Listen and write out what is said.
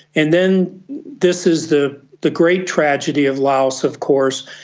and then this is the the great tragedy of laos of course,